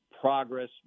progress